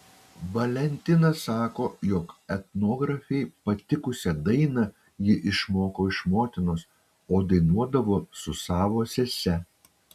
valentina sako jog etnografei patikusią dainą ji išmoko iš motinos o dainuodavo su savo sese